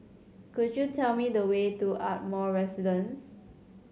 could you tell me the way to Ardmore Residence